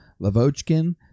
Lavochkin